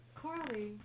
Carly